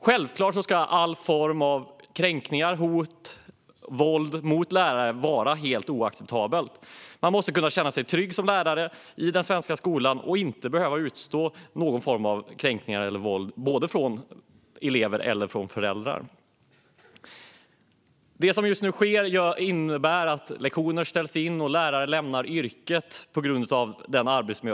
Självfallet är alla former av kränkningar, hot och våld mot lärare helt oacceptabla. Lärare måste kunna känna sig trygga i den svenska skolan och ska inte behöva utstå någon form av kränkning eller våld från vare sig elever eller föräldrar. På grund av rådande arbetsmiljö ställs lektioner in, och lärare lämnar yrket.